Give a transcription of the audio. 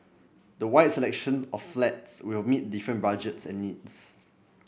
the wide selection of flats will meet different budget and needs